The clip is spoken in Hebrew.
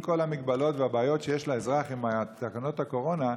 עם כל ההגבלות והבעיות שיש לאזרח עם תקנות הקורונה,